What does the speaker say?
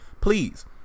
Please